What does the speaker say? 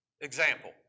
Example